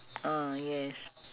ah yes